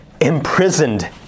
imprisoned